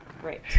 great